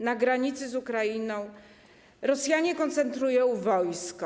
Na granicy z Ukrainą Rosjanie koncentrują wojsko.